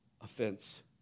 Offense